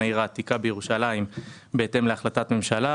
העיר העתיקה בירושלים בהתאם להחלטת ממשלה,